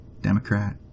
Democrat